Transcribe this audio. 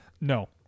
no